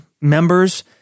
members